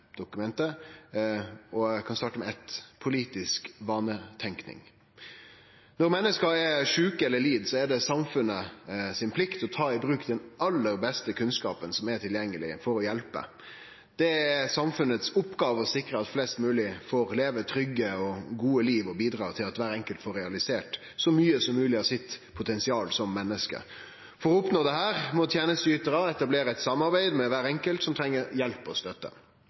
dokumentet. Eg kan starte med ei: politisk vanetenking. Når menneske er sjuke eller lid, er det samfunnet si plikt å ta i bruk den aller beste kunnskapen som er tilgjengeleg for å hjelpe. Det er samfunnet si oppgåve å sikre at flest mogleg får leve trygge og gode liv og bidra til at kvar enkelt får realisert så mykje som mogleg av sitt potensial som menneske. For å oppnå dette må tenesteytarar etablere eit samarbeid med kvar enkelt som treng hjelp og støtte.